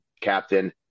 captain